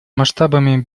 масштабами